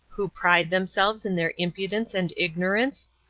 who pride themselves in their impudence and ignorance?